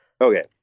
Okay